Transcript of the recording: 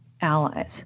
allies